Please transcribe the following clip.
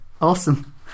Awesome